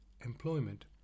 employment